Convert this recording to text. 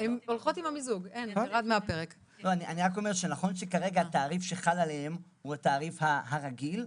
נכון שכרגע התעריף שחל עליהם הוא התעריף הרגיל,